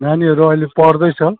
नानीहरू अहिले पढ्दैछ